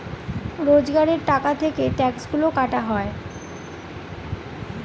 রোজগারের টাকা থেকে ট্যাক্সগুলা কাটা হয়